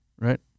right